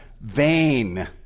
vain